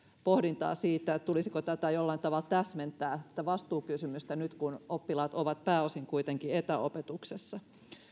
pohdintaa siitä tulisiko jollakin tavalla täsmentää tätä vastuukysymystä nyt kun oppilaat ovat pääosin kuitenkin etäopetuksessa